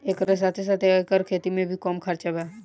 एकरा साथे साथे एकर खेती में भी कम खर्चा बा